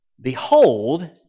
Behold